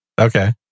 Okay